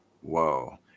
whoa